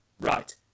Right